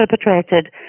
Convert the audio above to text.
perpetrated